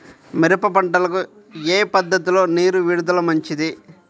మిరప పంటకు ఏ పద్ధతిలో నీరు విడుదల మంచిది?